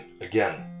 again